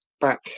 Back